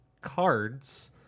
cards